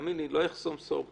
תאמין לי, לא אחסום שור בדישו,